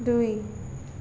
দুই